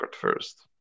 first